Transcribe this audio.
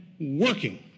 working